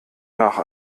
nach